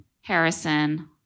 Harrison